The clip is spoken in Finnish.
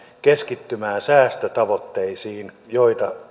keskittymään säästötavoitteisiin joita